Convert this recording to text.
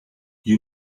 you